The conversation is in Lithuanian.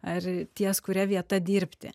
ar ties kuria vieta dirbti